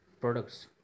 products